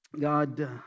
God